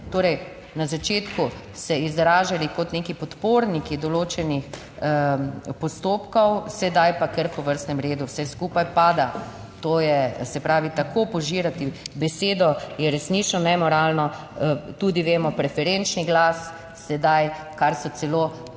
Torej, na začetku se izražali kot neki podporniki določenih postopkov, sedaj pa kar po vrstnem redu vse skupaj pada. To je, se pravi, tako požirati besedo je resnično nemoralno. Tudi vemo, preferenčni glas sedaj, kar so celo